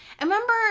remember